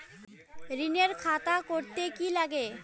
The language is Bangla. ঋণের খাতা করতে কি লাগে?